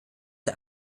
der